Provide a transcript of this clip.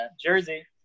jersey